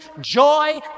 joy